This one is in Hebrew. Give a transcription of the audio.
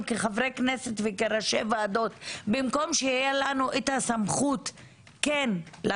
כחברי כנסת וראשי ועדות במקום שתהיה לנו הסמכות לעשות?